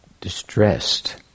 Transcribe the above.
distressed